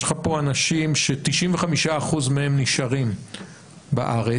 יש לך פה אנשים ש-95% מהם נשארים בארץ,